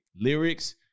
lyrics